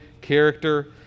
character